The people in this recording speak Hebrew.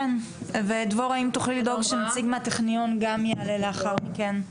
ודבורה אם תוכלי לדאוג שנציג מהטכניון גם יעלה לאחר מכן.